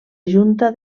junta